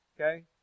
Okay